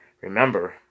remember